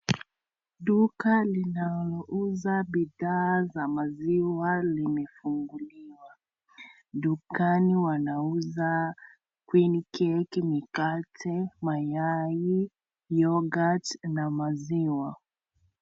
Duka linalouza bidhaa za maziwa limefunguliwa. Dukani wanauza queen cake , mikate, mayai, yoghurt , na maziwa.